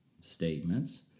statements